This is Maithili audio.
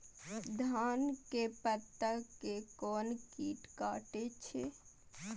धान के पत्ता के कोन कीट कटे छे?